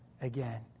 again